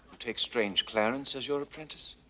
take strange clarence as your apprentice?